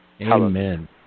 Amen